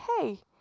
hey